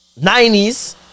90s